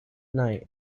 night